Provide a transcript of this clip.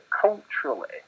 culturally